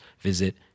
visit